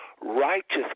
righteous